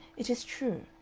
it is true.